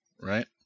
right